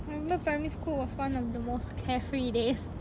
I remember primary school was one of the most carefree days